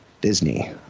Disney